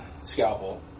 scalpel